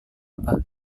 apa